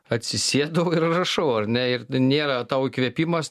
atsisėdau ir rašau ar ne ir nėra tau įkvėpimas